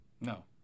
No